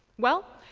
well,